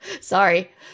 sorry